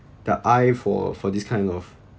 the eye for for this kind of